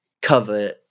Cover